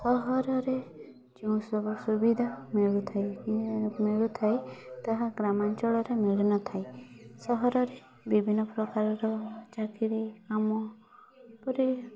ସହରରେ ଯେଉଁସବୁ ସୁବିଧା ମିଳିଥାଏ ମିଳୁଥାଏ ତାହା ଗ୍ରାମାଞ୍ଚଳରେ ମିଳିନଥାଏ ସହରରେ ବିଭିନ୍ନ ପ୍ରକାରର ଚାକିରି କାମ ଏପରି